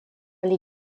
les